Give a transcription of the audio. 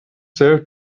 served